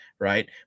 right